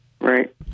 Right